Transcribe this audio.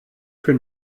für